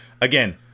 Again